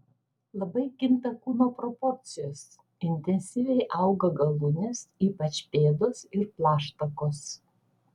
labai kinta kūno proporcijos intensyviai auga galūnės ypač pėdos ir plaštakos